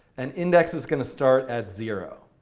and index it's going to start at zero.